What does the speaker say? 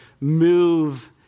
move